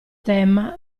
tema